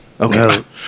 Okay